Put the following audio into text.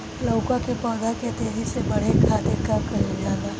लउका के पौधा के तेजी से बढ़े खातीर का कइल जाला?